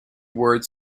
word